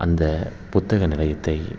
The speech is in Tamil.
அந்த புத்தகம் நிலையத்தை